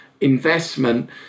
investment